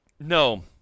No